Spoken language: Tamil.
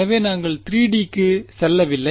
எனவே நாங்கள் 3D க்கு செல்லவில்லை